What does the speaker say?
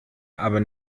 aber